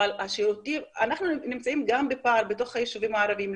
אבל אנחנו נמצאים גם בפער בתוך היישובים הערביים.